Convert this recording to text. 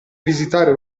visitare